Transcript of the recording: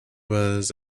was